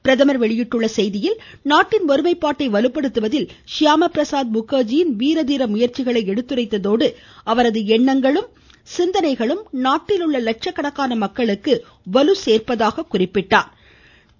பிரதமர் வெளியிட்டுள்ள செய்தியில் நாட்டின் ஒருமைப்பாட்டை வலுப்படுத்துவதில் ஷியாம பிரசாத் முகா்ஜியின் வீர தீர முயற்சிகளை எடுத்துரைத்ததோடு அவரது எண்ணங்களும் சிந்தனைகளும் நாட்டில் உள்ள லட்சக்கணக்கான மக்களுக்கு வலிமை சோப்பதாக குறிப்பிட்டுள்ளார்